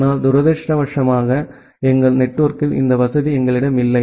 ஆனால் துரதிர்ஷ்டவசமாக எங்கள் நெட்வொர்க்கில் இந்த வசதி எங்களிடம் இல்லை